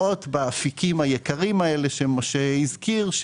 בהשקעות באפיקים היקרים, שמשה הזכיר.